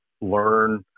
learn